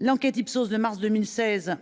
L'enquête de l'IPSOS de mars 2016